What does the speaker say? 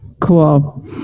cool